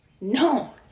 No